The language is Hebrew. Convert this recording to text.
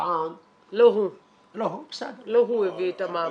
טען- - לא הוא הביא את המעבר.